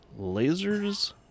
Lasers